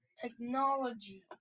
technology